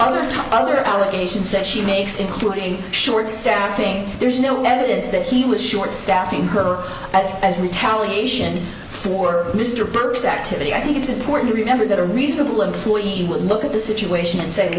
top other allegations that she makes including short staffing there's no evidence that he was short staffing her as as retaliation for mr burke's activity i think it's important to remember that a reasonable employee would look at the situation and say